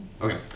Okay